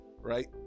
right